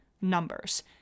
numbers